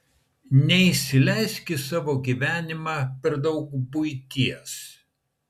neįsileisk į savo gyvenimą per daug buities